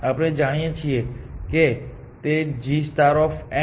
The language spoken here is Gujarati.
આપણે જાણીએ છીએ કે તે gnhn